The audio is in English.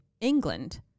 England